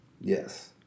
Yes